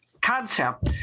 concept